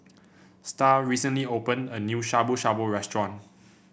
Star recently opened a new Shabu Shabu Restaurant